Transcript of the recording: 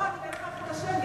לא, אני אתן לך את השם.